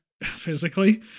physically